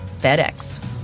FedEx